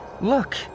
Look